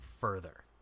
further